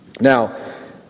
Now